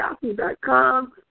Yahoo.com